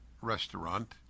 restaurant